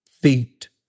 feet